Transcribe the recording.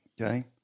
Okay